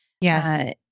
Yes